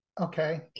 Okay